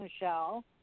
Michelle